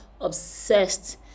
obsessed